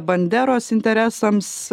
banderos interesams